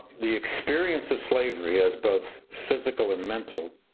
the experience of slavery as both physical and mental.